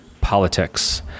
politics